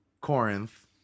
Corinth